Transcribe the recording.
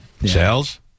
Sales